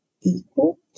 equal